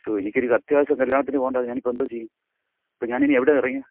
ശോ എനിക്കൊരു അത്യാവശ്യ കല്യാണത്തിന് പോണ്ടതാണ് ഞാനിപ്പോൾ എന്തോ ചെയ്യും അപ്പോൾ ഞാനിനി എവിടെ ഇറങ്ങി